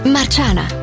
Marciana